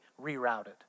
rerouted